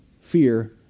fear